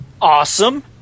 Awesome